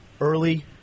early